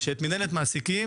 שאת מינהלת מעסיקים